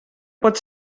pot